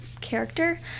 character